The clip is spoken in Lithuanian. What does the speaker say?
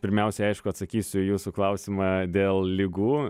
pirmiausia aišku atsakysiu į jūsų klausimą dėl ligų